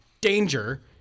danger